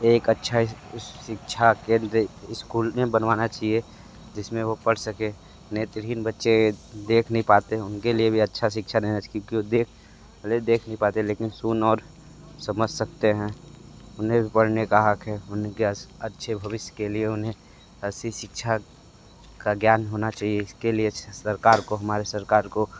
एक अच्छा सिक्छा केंद्र इस्कूल में बनवाना चाहिए जिसमें वो पढ़ सकें नेत्रहीन बच्चे देख नहीं पाते उनके लिए भी अच्छा शिक्षण नया शिक्षा दें भले देख नहीं पाते लेकिन सुन और समझ सकते हैं उन्हें भी पढ़ने का हक है उनके अच्छे भविष्य के लिए उन्हें ऐसी शिक्षा का ज्ञान होना चाहिए इसके लिए सरकार को हमारे सरकार को